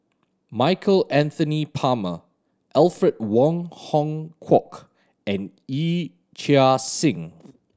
Michael Anthony Palmer Alfred Wong Hong Kwok and Yee Chia Hsing